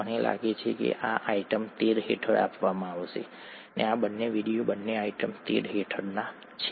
મને લાગે છે કે આ આઇટમ 13 હેઠળ આપવામાં આવ્યા છે આ બંને વિડિયો બંને આઇટમ 13 હેઠળના છે